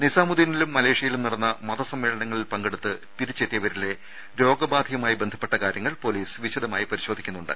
നിസാമുദ്ധീനിലും മലേഷ്യയിലും നടന്ന മത സമ്മേളനങ്ങളിൽ പങ്കെടുത്ത് തിരിച്ചെത്തിയവരിലെ രോഗ ബാധയുമായി ബന്ധപ്പെട്ട കാര്യങ്ങൾ പൊലീസ് വിശദമായി പരിശോധിക്കുന്നുണ്ട്